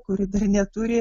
kuri dar neturi